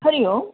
हरिः ओम्